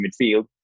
midfield